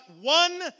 one